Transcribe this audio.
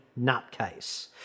nutcase